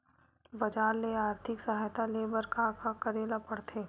बजार ले आर्थिक सहायता ले बर का का करे ल पड़थे?